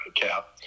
cap